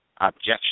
objection